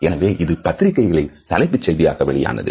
எனவே இது பத்திரிக்கைகளில் தலைப்புச் செய்தியாக வெளியானது